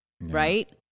right